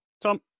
Tom